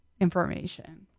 information